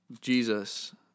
Jesus